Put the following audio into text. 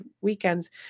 weekends